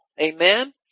Amen